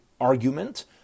argument